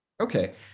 Okay